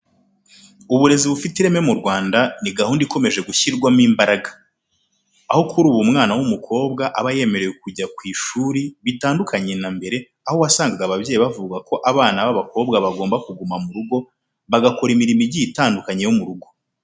Uburezi bufite ireme mu Rwanda, ni gahunda ikomeje gushyirwamo imbaraga, aho kuri ubu umwana w'umukobwa aba yemerewe kujya ku ishuri bitandukanye na mbere aho wasangaga ababyeyi bavuga ko abana b'abakobwa bagomba kuguma mu rugo bagakora imirimo igiye itandukanye yo mu rugo.